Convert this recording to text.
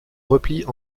replient